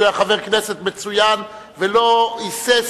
כי הוא היה חבר כנסת מצוין ולא היסס,